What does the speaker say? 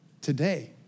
today